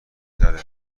تره